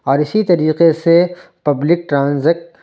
اور اسی طریقے سے پبلک ٹرانزکٹ